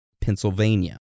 Pennsylvania